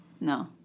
No